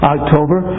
October